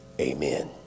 amen